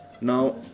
Now